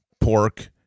pork